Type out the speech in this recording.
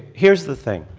here's the thing.